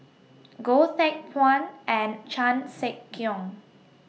Goh Teck Phuan and Chan Sek Keong